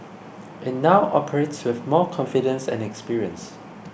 it now operates with more confidence and experience